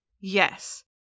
Yes